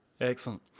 Excellent